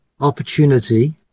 opportunity